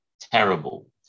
terrible